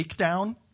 takedown